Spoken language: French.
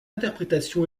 interprétation